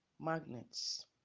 magnets